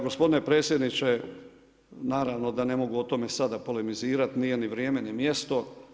Gospodine predsjedniče, naravno da ne mogu o tome sada polemizirati, nije ni vrijeme ni mjesto.